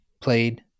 played